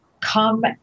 come